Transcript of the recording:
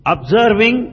Observing